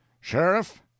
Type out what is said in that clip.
sheriff